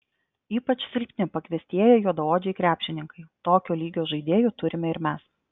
ypač silpni pakviestieji juodaodžiai krepšininkai tokio lygio žaidėjų turime ir mes